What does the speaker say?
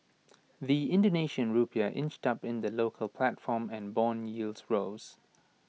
the Indonesian Rupiah inched up in the local platform and Bond yields rose